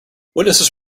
witnesses